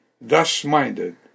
thus-minded